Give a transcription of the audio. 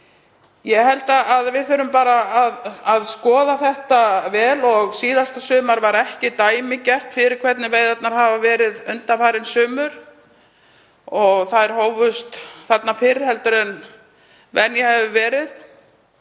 Ég held að við þurfum bara að skoða þetta vel. Síðasta sumar var ekki dæmigert fyrir það hvernig veiðarnar hafa verið undanfarin sumur og þær hófust fyrr en venja hefur verið,